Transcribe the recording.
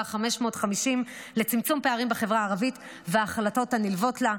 550 לצמצום פערים בחברה הערבית וההחלטות הנלוות לה,